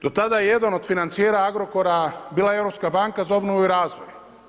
Do je tada jedan od financijera Agrokora bila Europska banka za obnovu i razvoj.